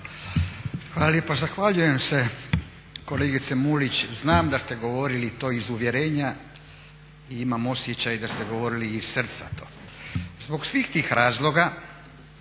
Hvala lijepa. Zahvaljujem se kolegice Mulić. Znam da ste govorili to iz uvjerenja i imam osjećaj da ste govorili iz srca to. Zbog svih tih razloga